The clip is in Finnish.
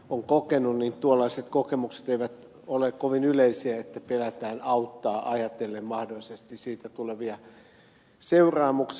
saarinen on kokenut eivät ole kovin yleisiä että pelätään auttaa ajatellen mahdollisesti siitä tulevia seuraamuksia